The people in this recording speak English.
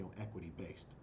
equity-based